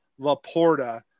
laporta